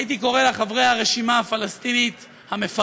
הייתי קורא להם חברי הרשימה הפלסטינית המפרקת,